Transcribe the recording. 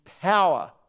power